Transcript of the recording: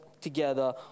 together